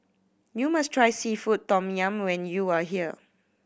you must try seafood tom yum when you are here